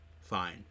fine